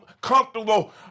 comfortable